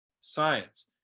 science